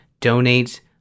donate